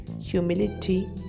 humility